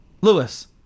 lewis